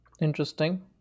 Interesting